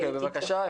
בבקשה,